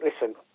listen